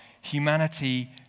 humanity